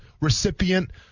recipient